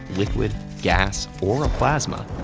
liquid, gas, or a plasma,